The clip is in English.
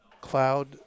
cloud